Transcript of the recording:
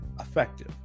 effective